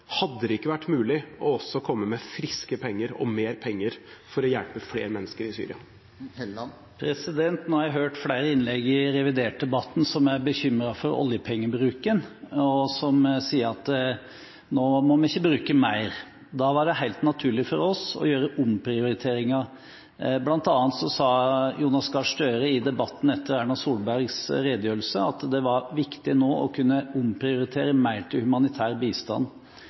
Hadde det ikke vært mulig også å komme med friske penger, og mer penger, for å hjelpe flere mennesker i Syria? Nå har jeg hørt flere innlegg i revidertdebatten som er bekymret for oljepengebruken, og som sier at nå må vi ikke bruke mer. Da var det helt naturlig for oss å gjøre omprioriteringer. Blant annet sa Jonas Gahr Støre i debatten etter Erna Solbergs redegjørelse at det var viktig nå å kunne omprioritere mer til humanitær bistand.